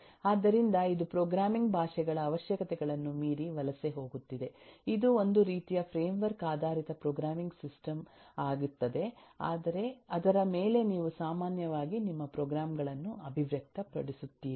ಆದ್ದರಿಂದಇದು programming ಭಾಷೆಗಳ ಅವಶ್ಯಕತೆಗಳನ್ನು ಮೀರಿ ವಲಸೆ ಹೋಗುತ್ತಿದೆ ಇದು ಒಂದು ರೀತಿಯ ಫ್ರೇಮ್ವರ್ಕ್ ಆಧಾರಿತ ಪ್ರೋಗ್ರಾಮಿಂಗ್ ಸಿಸ್ಟಮ್ ಆಗುತ್ತದೆ ಅದರ ಮೇಲೆ ನೀವು ಸಾಮಾನ್ಯವಾಗಿ ನಿಮ್ಮ ಪ್ರೋಗ್ರಾಮ್ ಗಳನ್ನು ಅಭಿವೃದ್ಧಿಪಡಿಸುತ್ತೀರಿ